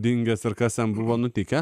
dingęs ir kas jam buvo nutikę